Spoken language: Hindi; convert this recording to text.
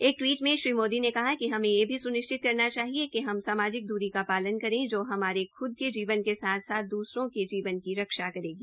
एक टवीट में श्री मोदी ने कहा कि हमें यह भी सुनिश्चित करना चाहिए कि इस सामाजिक दूरी का पालन करे जो हमारे ख्द के जीवन के साथ साथ द्सरे के जीवन की रक्षा करेगी